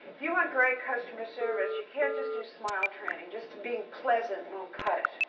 you want great customer service you cannot just do smile training just to be pleasant. won't cut it.